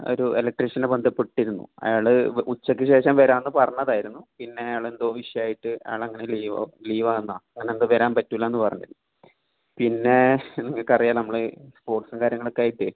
ഒരു ഇലക്ട്രീഷനെ ബന്ധപ്പെട്ടിരുന്നു അയാൾ ഉച്ചക്കുശേഷം വരാമെന്നുപറഞ്ഞതായിരുന്നു പിന്നെ അയാളെന്തോ വിഷയമായിട്ട് അയാളങ്ങനെ ലീവോ ലീവാണെന്നോ അങ്ങനെയെന്തോ വരാൻ പറ്റില്ല എന്ന് പറഞ്ഞു പിന്നെ നിങ്ങൾക്കറിയാമല്ലോ നമ്മൾ സ്പോർട്സും കാര്യങ്ങളൊക്കെയായിട്ടേ